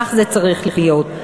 כך זה צריך להיות.